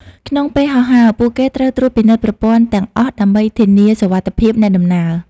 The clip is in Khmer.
ក្នុងពេលហោះហើរ ពួកគេត្រូវត្រួតពិនិត្យប្រព័ន្ធទាំងអស់ដើម្បីធានាសុវត្ថិភាពអ្នកដំណើរ។